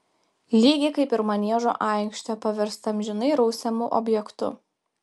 lygiai kaip ir maniežo aikštę paverstą amžinai rausiamu objektu